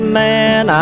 man